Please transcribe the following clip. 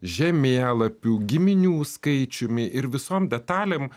žemėlapių giminių skaičiumi ir visom detalėm